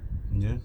then